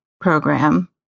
program